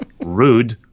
Rude